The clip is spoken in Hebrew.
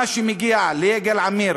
מה שמגיע ליגאל עמיר,